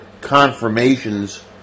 confirmations